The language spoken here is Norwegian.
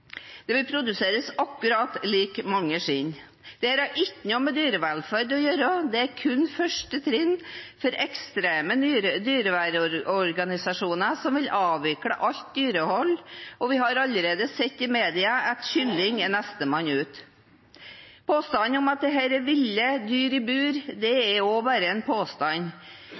Det vil produseres akkurat like mange skinn. Dette har ikke noe med dyrevelferd å gjøre, det er kun første trinn for ekstreme dyrevernorganisasjoner som vil avvikle alt dyrehold. Vi har allerede sett i media at kylling er nestemann ut. Påstanden om at dette er ville dyr i bur, er også bare en påstand.